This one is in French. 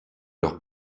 leur